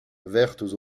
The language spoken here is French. vertes